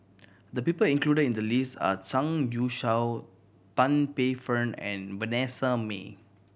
the people included in the list are Zhang Youshuo Tan Paey Fern and Vanessa Mae